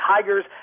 Tigers